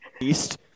east